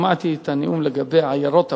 שמעתי את הנאום לגבי עיירות הפיתוח,